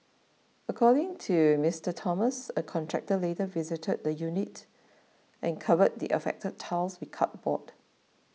according to Mister Thomas a contractor later visited the unit and covered the affected tiles with cardboard